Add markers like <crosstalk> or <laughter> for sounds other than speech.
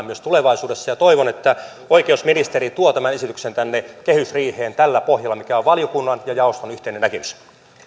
<unintelligible> myös tulevaisuudessa ja toivon että oikeusministeri tuo tämän esityksen tänne kehysriiheen tältä pohjalta mikä on valiokunnan ja jaoston yhteinen näkemys